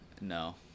No